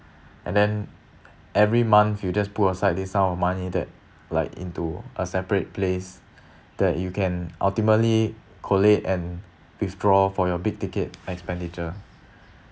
and then every month you just put aside this sum of money that like into a separate place that you can ultimately collate and withdraw for your big ticket expenditure